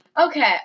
okay